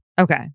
Okay